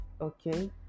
okay